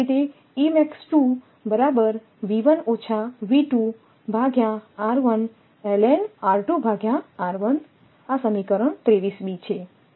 તેવી જ રીતે આ સમીકરણ 23 બી છે